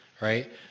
right